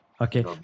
Okay